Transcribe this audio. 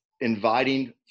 inviting